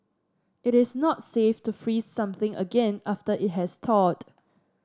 it is not safe to freeze something again after it has thawed